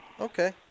Okay